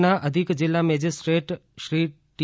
ડાંગના અધિક જિલ્લા મેજીસ્ટ્રેટ શ્રી ટી